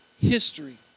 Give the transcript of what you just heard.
history